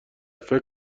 فکر